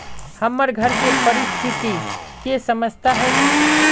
हमर घर के परिस्थिति के समझता है की?